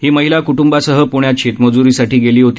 ही महिला कृटुंबासह पृण्यात शेतमज्रीसाठी गेली होती